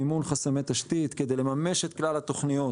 מימון חסמי תשתית כדי לממש את כלל התשתיות,